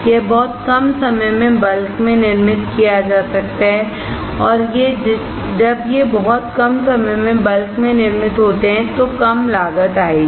यह बहुत कम समय में बल्क में निर्मित किया जा सकता है और जब ये बहुत कम समय में बल्क में निर्मित होते हैं तो कम लागत आएगी